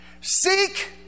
Seek